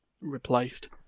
replaced